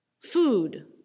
food